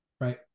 right